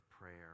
prayer